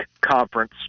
conference